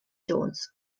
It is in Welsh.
jones